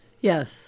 Yes